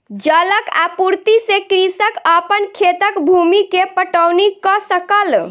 जलक आपूर्ति से कृषक अपन खेतक भूमि के पटौनी कअ सकल